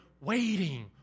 waiting